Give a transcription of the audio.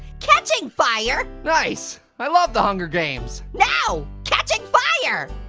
catching fire. nice, i love the hunger games. no, catching fire!